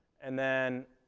and then,